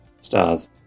stars